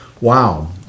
Wow